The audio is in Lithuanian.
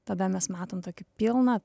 tada mes matom tokį pilną